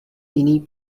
jiný